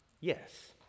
Yes